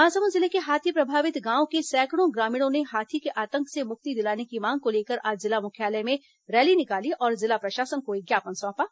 महासमुंद जिले के हाथी प्रभावित गांवों के सैंकड़ों ग्रामीणों ने हाथी के आतंक से मुक्ति दिलाने की मांग को लेकर आज जिला मुख्यालय में रैली निकाली और जिला प्रशासन को एक ज्ञापन सौंपा